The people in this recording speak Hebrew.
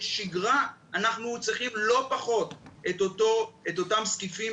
שגרה אנחנו צריכים לא פחות את אותם זקיפים,